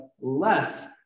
less